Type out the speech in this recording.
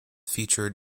featured